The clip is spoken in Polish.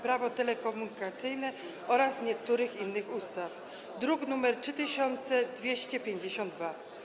Prawo telekomunikacyjne oraz niektórych innych ustaw, druk nr 3252.